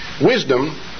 Wisdom